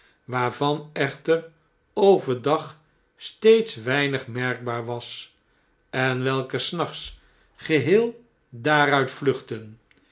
waarvan echter over dag steeds weinig merkbaar was en welke snachts geheel daaruit vluchtten